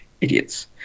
idiots